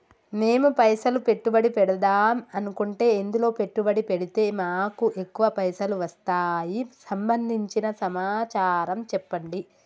మేము పైసలు పెట్టుబడి పెడదాం అనుకుంటే ఎందులో పెట్టుబడి పెడితే మాకు ఎక్కువ పైసలు వస్తాయి సంబంధించిన సమాచారం చెప్పండి?